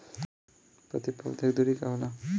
प्रति पौधे के दूरी का होला?